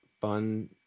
fun